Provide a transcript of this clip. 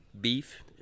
beef